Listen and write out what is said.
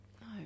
No